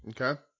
Okay